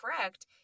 correct